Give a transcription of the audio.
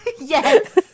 Yes